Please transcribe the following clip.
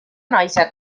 naised